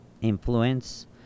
influence